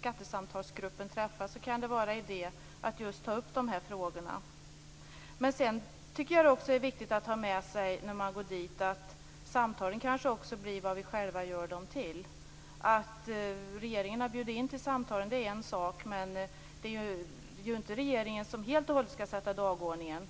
skattesamtalsgruppen träffas kan det vara idé att ta upp just de här frågorna. Men sedan tycker jag också att det är viktigt att ha med sig när man går dit att samtalen kanske blir vad vi själva gör dem till. Att regeringen har bjudit in till samtalen är en sak, men det är ju inte regeringen som helt och hållet skall sätta dagordningen.